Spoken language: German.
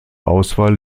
auswahl